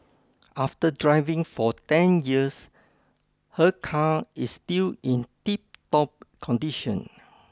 after driving for ten years her car is still in tiptop condition